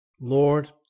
Lord